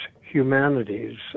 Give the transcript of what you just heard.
humanities